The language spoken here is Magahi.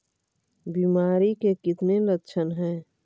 बीमारी के कितने लक्षण हैं?